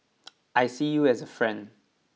I see you as a friend